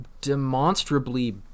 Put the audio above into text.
demonstrably